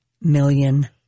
million